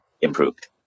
improved